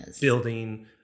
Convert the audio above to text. building